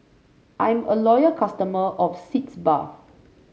I'm a loyal customer of Sitz Bath